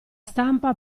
stampa